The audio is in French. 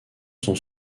sont